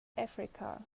africa